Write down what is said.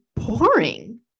boring